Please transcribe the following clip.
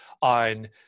on